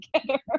together